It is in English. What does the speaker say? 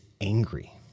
angry